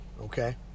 Okay